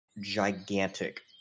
gigantic